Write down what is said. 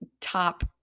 top